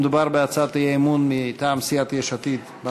מדובר בהצעת אי-אמון בממשלה מטעם סיעת יש עתיד.